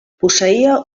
posseïa